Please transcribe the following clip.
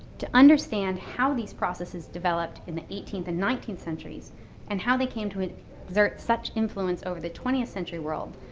to understand how these processes developed in the eighteenth and nineteenth centuries and how they came to exert such influence over the twentieth century world,